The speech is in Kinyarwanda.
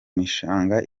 mishanga